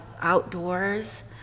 outdoors